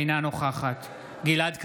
אינה נוכחת גלעד קריב,